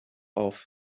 auf